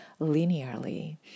linearly